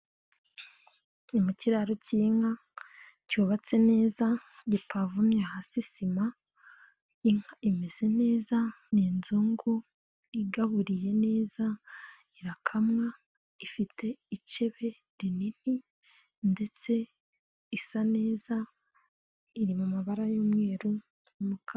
Ni mu kiraro cy'inka cyubatse neza gipavomye hasi sima, inka imeze neza ni inzungu igaburiye neza, irakamwa ifite icebe rinini ndetse isa neza, iri mu mabara y'umweru n'umukara.